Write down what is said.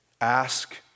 Ask